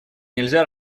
нельзя